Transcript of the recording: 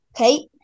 Okay